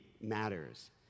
matters